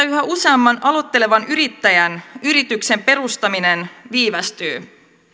yhä useamman aloittelevan yrittäjän yrityksen perustaminen viivästyy